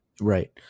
right